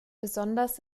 besonders